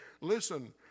listen